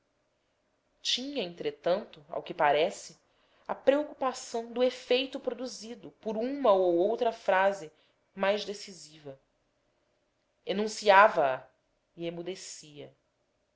tinha entretanto ao que parece a preocupação do efeito produzido por uma ou outra frase mais incisiva enunciava a